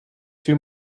two